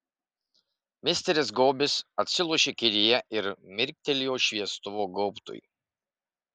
misteris gobis atsilošė kėdėje ir mirktelėjo šviestuvo gaubtui